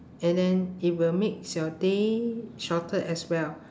and then it will makes your day shorter as well